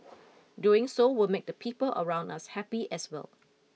doing so will make the people around us happy as well